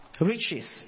Riches